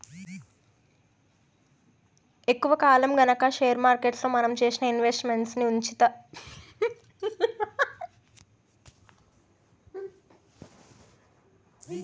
ఎక్కువ కాలం గనక షేర్ మార్కెట్లో మనం చేసిన ఇన్వెస్ట్ మెంట్స్ ని ఉంచితే లాభాలు బాగుంటాయి